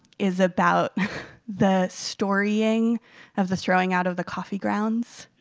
is about the storying of the throwing out of the coffee grounds.